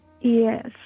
Yes